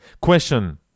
Question